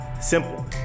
Simple